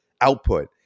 output